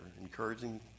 Encouraging